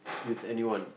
with anyone